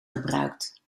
gebruikt